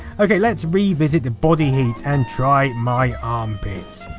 ok, lets revisit body heat, and try my armpit.